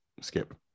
skip